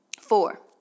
Four